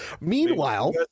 Meanwhile